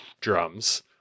drums